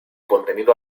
contenido